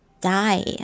die